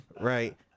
right